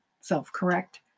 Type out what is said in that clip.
self-correct